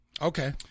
Okay